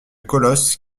colosse